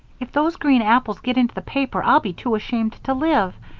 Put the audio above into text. if those green apples get into the paper, i'll be too ashamed to live!